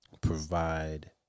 provide